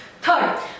Third